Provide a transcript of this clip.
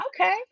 Okay